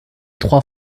trois